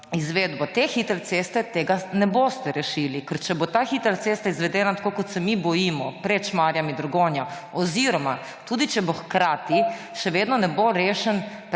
izvedbo te hitre ceste tega ne boste rešili. Ker če bo ta hitra cesta izvedena tako, kot se mi bojimo, pred traso Šmarje–Dragonja, oziroma tudi če bo hkrati, še vedno ne bo rešen